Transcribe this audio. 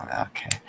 okay